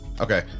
Okay